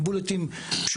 עם נקודות פשוטות,